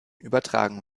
übertragen